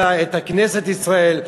את כנסת ישראל,